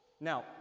Now